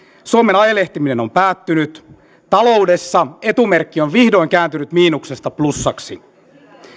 suomen ajelehtiminen on päättynyt taloudessa etumerkki on vihdoin kääntynyt miinuksesta plussaksi